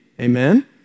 Amen